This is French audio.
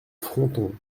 fronton